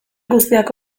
guztiak